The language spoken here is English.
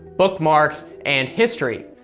bookmarks, and history.